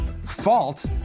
fault